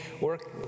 work